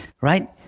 Right